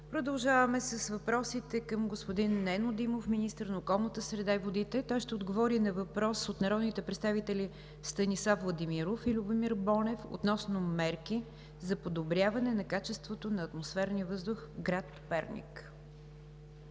Продължаваме с въпросите към господин Нено Димов – министър на околната среда и водите. Той ще отговори на въпрос от народните представители Станислав Владимиров и Любомир Бонев относно мерките за подобряване на качеството на атмосферния въздух в град Перник.